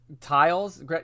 tiles